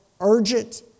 urgent